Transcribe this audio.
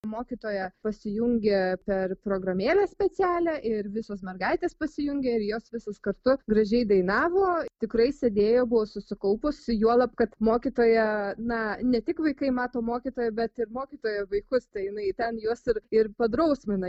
mokytoja pasijungia per programėlę specialią ir visos mergaitės pasijungia ir jos visos kartu gražiai dainavo tikrai sėdėjo buvo susikaupusi juolab kad mokytoja na ne tik vaikai mato mokytoją bet ir mokytoja vaikus tai jinai ten juos ir ir padrausmina